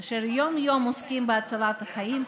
אשר יום-יום עוסקים בהצלת חיים,